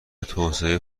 توسعه